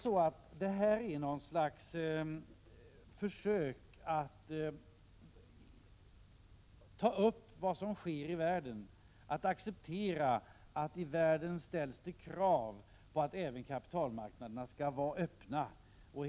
Detta verkar vara något slags försök att ta upp vad som sker i världen, att acceptera att det i världen ställs krav på att även kapitalmarknaderna skall vara öppna.